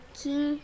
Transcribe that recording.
king